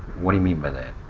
what do you mean by that?